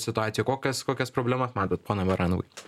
situacijoj kokias kokias problemas matot baranovai